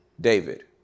David